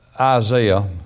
Isaiah